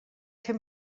fer